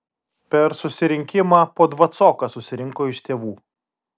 per susirinkimą po dvacoką susirinko iš tėvų